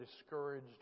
discouraged